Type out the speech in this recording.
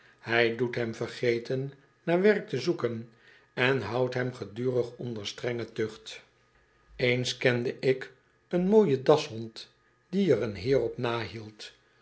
hij doet hem vergeten naaiwerk te zoeken en houdt hem gedurig onder strenge tucht eens kende ik een mooien dashond die er een heer op nahield